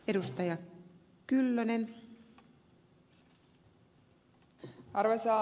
arvoisa rouva puhemies